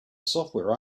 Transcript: software